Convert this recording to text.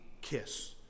kiss